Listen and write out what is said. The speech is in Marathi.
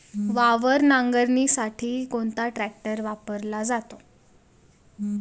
वावर नांगरणीसाठी कोणता ट्रॅक्टर वापरला जातो?